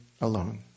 alone